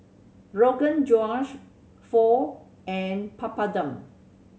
Rogan Josh Pho and Papadum